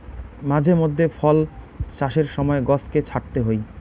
মাঝে মধ্যে ফল চাষের সময় গছকে ছাঁটতে হই